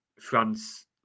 France